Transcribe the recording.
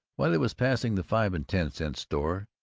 while he was passing the five-and-ten-cent store,